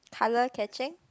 colour catching